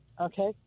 okay